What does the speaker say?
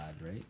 right